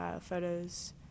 photos